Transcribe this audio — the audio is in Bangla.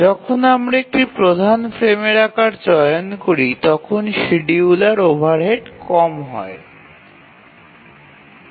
যখন আমরা একটি প্রধান ফ্রেমের আকার বেছে নেই তখন শিডিয়াল ওভারহেড কমে যায়